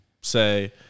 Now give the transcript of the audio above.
say